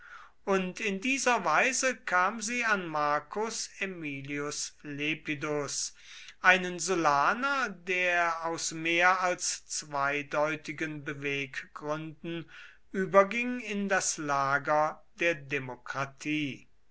und in dieser weise kam sie an marcus aemilius lepidus einen sullaner der aus mehr als zweideutigen beweggründen überging in das lager der demokratie